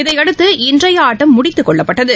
இதனையடுத்து இன்றையஆட்டம் முடித்துக் கொள்ளப்பட்டது